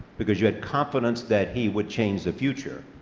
because you had confidence that he would change the future,